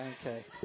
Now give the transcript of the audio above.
Okay